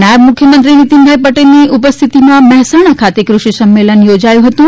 નાયબ મુખ્યમંત્રી નિતિનભાઇ પટેલની ઉપસ્થિતિમા મહેસાણા ખાતે ક્રષિ સંમેલન યોજાયુ હતું